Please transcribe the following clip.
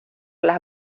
las